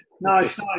nice